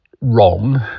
wrong